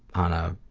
on a